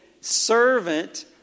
servant